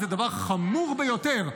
זה דבר חמור ביותר,